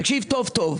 תקשיב טוב טוב,